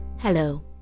Hello